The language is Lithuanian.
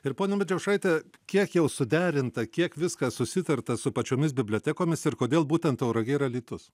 ir pone medžiaušaite kiek jau suderinta kiek viskas susitarta su pačiomis bibliotekomis ir kodėl būtent tauragė ir alytus